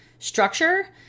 structure